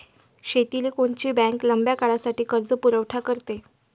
शेतीले कोनची बँक लंब्या काळासाठी कर्जपुरवठा करते?